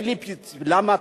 למה?